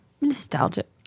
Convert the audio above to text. Nostalgic